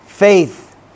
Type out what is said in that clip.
faith